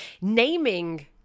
Naming